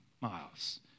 miles